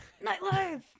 Nightlife